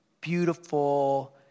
beautiful